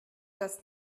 das